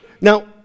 Now